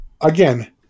again